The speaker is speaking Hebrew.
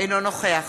אינו נוכח